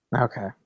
Okay